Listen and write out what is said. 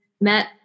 met